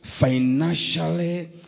financially